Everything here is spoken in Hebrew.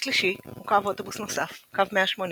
השלישי הוא קו אוטובוס נוסף, קו 180,